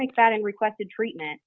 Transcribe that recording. mcfadden requested treatment